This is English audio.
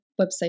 website